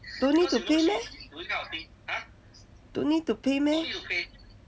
don't need to pay meh don't need to pay meh